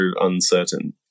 uncertain